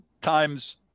times